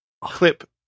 clip